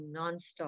nonstop